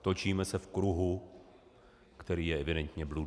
Točíme se v kruhu, který je evidentně bludný.